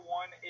one